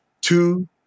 two